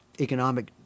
economic